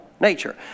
nature